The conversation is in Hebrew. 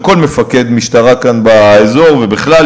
וכל מפקד משטרה כאן באזור ובכלל,